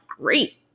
great